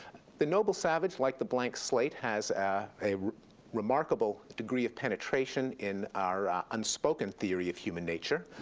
the noble savage, like the blank slate, has ah a remarkable degree of penetration in our unspoken theory of human nature.